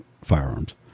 firearms